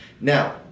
Now